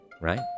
Right